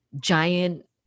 giant